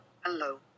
hello